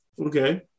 okay